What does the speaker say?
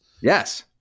yes